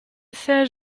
sais